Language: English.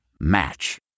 Match